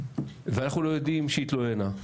ואנחנו לא יודעים שהיא התלוננה,